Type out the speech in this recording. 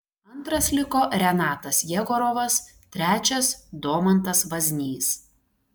antras liko renatas jegorovas trečias domantas vaznys